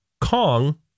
Kong